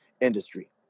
industry